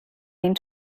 den